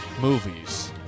movies